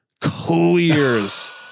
clears